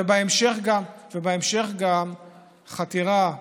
ובהמשך גם חתירה לחוק-יסוד: